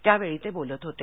त्यावेळी ते बोलत होते